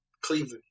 Cleveland